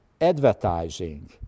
advertising